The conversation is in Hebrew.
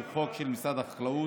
שהוא חוק של משרד החקלאות.